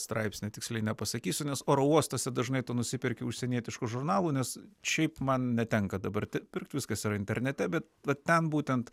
straipsnį tiksliai nepasakysiu nes oro uostuose dažnai tu nusiperki užsienietiškų žurnalų nes šiaip man netenka dabar pirkti viskas yra internete bet va ten būtent